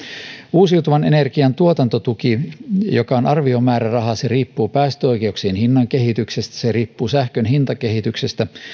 uusiutuvan energian tuotantotuki joka on arviomääräraha riippuu päästöoikeuksien hinnan kehityksestä ja se riippuu sähkön hintakehityksestä